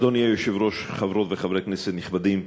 אדוני היושב-ראש, חברות וחברי כנסת נכבדים,